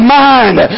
mind